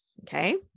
Okay